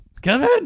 Kevin